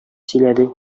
сөйләде